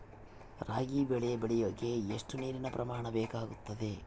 ರಾಗಿ ಬೆಳೆ ಬೆಳೆಯೋಕೆ ಎಷ್ಟು ನೇರಿನ ಪ್ರಮಾಣ ಬೇಕಾಗುತ್ತದೆ?